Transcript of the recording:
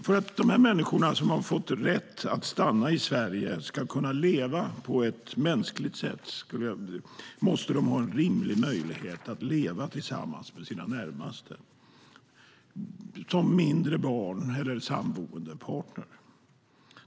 För att de som har fått rätt att stanna i Sverige ska kunna leva på ett mänskligt sätt måste de ha en rimlig möjlighet att leva tillsammans med sina närmaste, till exempel mindre barn eller sammanboende partner.